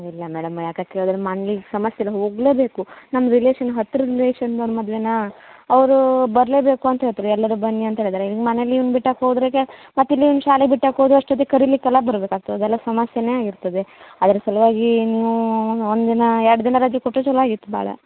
ಇಲ್ಲ ಮೇಡಮ್ ಯಾಕೆ ಕೇಳಿದ್ರೆ ಮನ್ಲೀಗ ಸಮಸ್ಯೆ ಇದೆ ಹೋಗಲೇಬೇಕು ನಮ್ಮ ರಿಲೇಷನ್ ಹತ್ರದ ರಿಲೇಷನ್ದೋರ ಮದುವೇನ ಅವರು ಬರಲೇಬೇಕು ಅಂತ ಹೇಳ್ತಾರೆ ಎಲ್ಲರೂ ಬನ್ನಿ ಅಂತ್ಹೇಳಿದ್ದಾರೆ ಇನ್ನು ಮನೇಲ್ಲಿ ಇವ್ನ ಬಿಟ್ಟಾಕಿ ಹೋದ್ರೆ ಈಗ ಮತ್ತೆ ಇಲ್ಲಿ ಇವ್ನ ಶಾಲೆ ಬಿಟ್ಟಾಕಿ ಹೋಗೋ ಅಷ್ಟೊತ್ತಿಗೆ ಕರೀಲಿಕ್ಕೆಲ್ಲ ಬರಬೇಕಾಗ್ತದೆ ಅದೆಲ್ಲ ಸಮಸ್ಯೆಯೇ ಆಗಿರ್ತದೆ ಅದರ ಸಲುವಾಗಿ ನೀವು ಒಂದು ದಿನ ಎರಡು ದಿನ ರಜೆ ಕೊಟ್ಟರೆ ಛಲೋ ಆಗಿತ್ತು ಭಾಳ